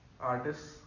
artists